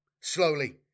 Slowly